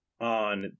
on